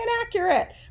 inaccurate